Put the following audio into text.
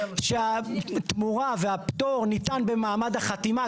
שהתמורה והפטור ניתן במעמד החתימה,